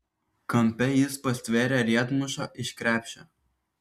kampe jis pastvėrė riedmušą iš krepšio